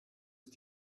ist